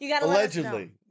Allegedly